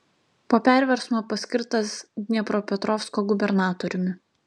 po perversmo paskirtas dniepropetrovsko gubernatoriumi